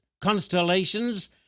constellations